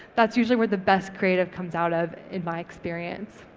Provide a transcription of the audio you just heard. that's usually where the best creative comes out of in my experience.